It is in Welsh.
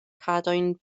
cadwyn